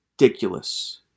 ridiculous